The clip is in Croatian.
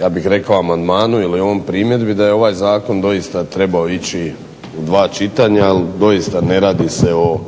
ja bih rekao amandmanu ili ovoj primjedbi da je ovaj zakon doista trebao ići u dva čitanja jer doista ne radi se o